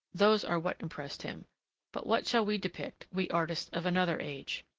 those are what impressed him but what shall we depict, we artists of another age?